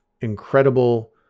incredible